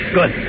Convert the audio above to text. Good